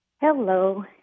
Hello